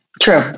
True